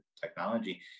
technology